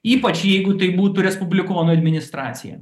ypač jeigu tai būtų respublikonų administracija